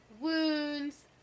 wounds